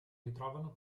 ritrovano